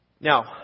Now